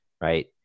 right